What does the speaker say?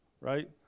right